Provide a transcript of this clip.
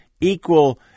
equal